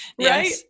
Right